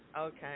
okay